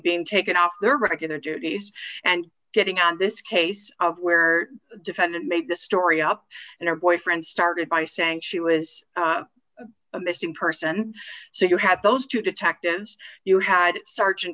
being taken off their regular duties and getting on this case of where defendant made this story up and her boyfriend started by saying she was a missing person so you have those two detectives you had sergeant